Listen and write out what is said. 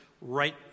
right